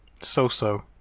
So-so